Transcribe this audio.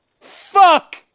Fuck